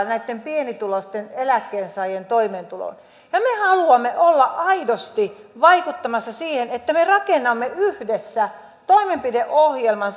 näitten pienituloisten eläkkeensaajien toimeentuloon me haluamme olla aidosti vaikuttamassa siihen että me rakennamme yhdessä toimenpideohjelman